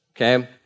okay